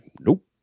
nope